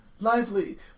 Lively